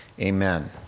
amen